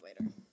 later